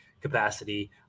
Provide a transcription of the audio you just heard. capacity